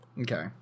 Okay